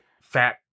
fat